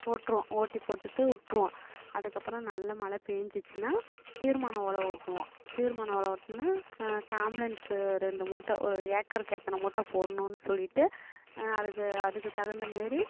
போட்டுருவோம் ஓட்டிப்போட்டுட்டு விட்ருவோம் அதுக்கப்புறம் நல்ல மழை பெஞ்சிச்சின்னா தீர்மான ஒழவு ஓட்டுவோம் தீர்மான ஒழவு ஓட்டினா காம்லன்ஸு ரெண்டு மூட்டை ஒரு ஏக்கருக்கு எத்தனை மூட்டை போடணுன்னு சொல்லிட்டு அதுக்கு அதுக்கு தகுந்தமாரி